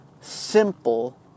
simple